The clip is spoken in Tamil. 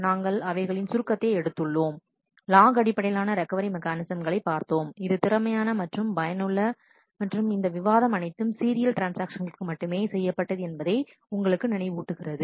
நாங்கள் அவைகளின் சுருக்கத்தை எடுத்துள்ளோம் லாக் அடிப்படையிலான ரெக்கவரி மெக்கானிசம் களை பார்த்தோம் இது திறமையான மற்றும் பயனுள்ள மற்றும் இந்த விவாதம் அனைத்தும் சீரியல் ட்ரான்ஸ்ஆக்ஷன்களுக்கு மட்டுமே செய்யப்பட்டது என்பதை உங்களுக்கு நினைவூட்டுகிறது